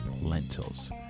lentils